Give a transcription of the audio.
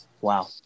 wow